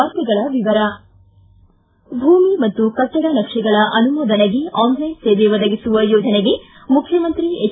ವಾರ್ತೆಗಳ ವಿವರ ಭೂಮಿ ಮತ್ತು ಕಟ್ಟಡ ನಕ್ಷೆಗಳ ಅನುಮೋದನೆಗೆ ಆನ್ಲೈನ್ ಸೇವೆ ಒದಗಿಸುವ ಯೋಜನೆಗೆ ಮುಖ್ಯಮಂತ್ರಿ ಎಚ್